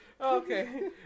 Okay